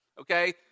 Okay